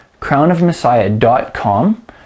crownofmessiah.com